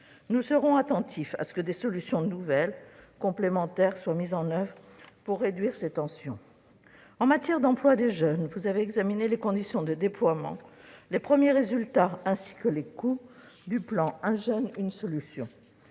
Nous serons attentifs à ce que des solutions nouvelles et complémentaires soient mises en oeuvre pour réduire ces tensions. En matière d'emploi des jeunes, vous avez examiné les conditions de déploiement, les premiers résultats ainsi que les coûts du plan « 1 jeune, 1 solution ».